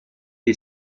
est